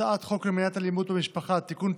בהצעת חוק למניעת אלימות במשפחה (תיקון,